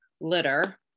litter